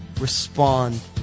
respond